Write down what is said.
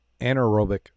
anaerobic